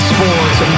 Sports